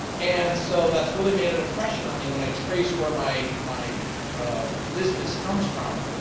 and so that's really made an impression on me when i trace where my my business comes from,